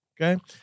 okay